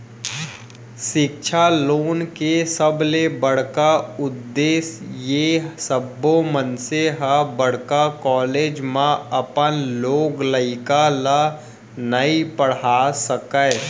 सिक्छा लोन के सबले बड़का उद्देस हे सब्बो मनसे ह बड़का कॉलेज म अपन लोग लइका ल नइ पड़हा सकय